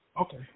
Okay